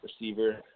receiver